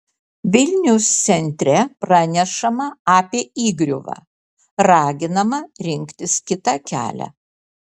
vilniaus centre pranešama apie įgriuvą raginama rinktis kitą kelią